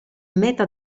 meta